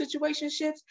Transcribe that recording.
situationships